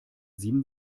sieben